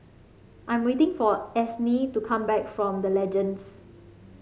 I'm waiting for Ansley to come back from The Legends